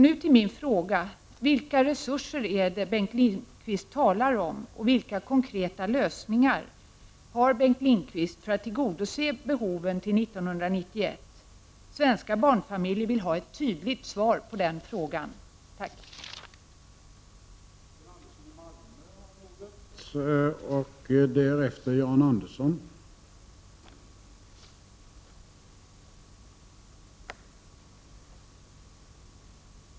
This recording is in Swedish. Nu min fråga: Vilka resurser är det Bengt Lindqvist talar om, och vilka konkreta lösningar har Bengt Lindqvist för att tillgodose behoven till 1991? De svenska barnfamiljerna vill ha ett tydligt svar på den frågan.